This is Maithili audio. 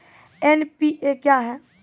एन.पी.ए क्या हैं?